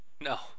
No